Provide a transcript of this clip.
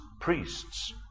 priests